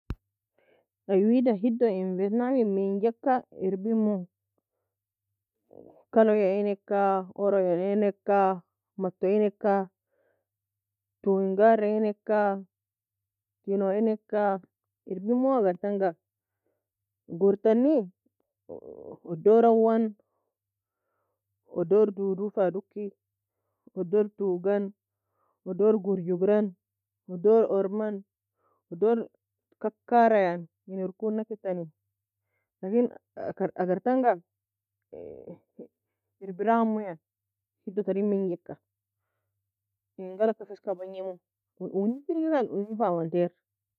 Aye wida hido in Vietnam in mnjeka erbimo kalo enka oro enka mata enka tawo en gar eka tino enka erbimo gour tanga gourtani odor awan odor dodu fa duki odor tugan odor gourjugran odor orman odor kakara yani en erki una ketani lakin agar tanga erbimo hidon tarin menjeka ingal lag ka erberamo eron firgi kan owni fa amanteer